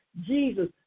Jesus